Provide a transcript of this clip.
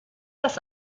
das